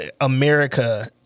America